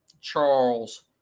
Charles